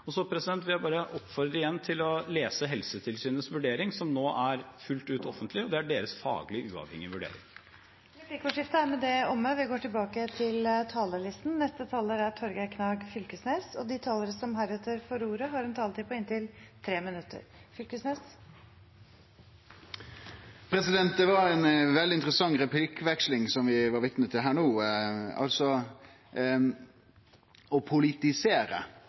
vil bare igjen oppfordre til å lese Helsetilsynets vurdering, som nå er fullt ut offentlig. Det er deres faglige, uavhengige vurdering, Replikkordskiftet er omme. De talere som heretter får ordet, har en taletid på inntil 3 minutter. Det var ei veldig interessant replikkveksling vi var vitne til her no. Å politisere